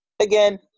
Again